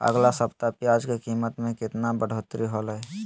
अगला सप्ताह प्याज के कीमत में कितना बढ़ोतरी होलाय?